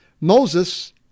Moses